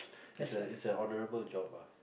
it's an it's an honorable job ah